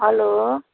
hello